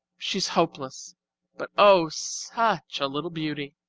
she is hopeless but oh! such a little beauty.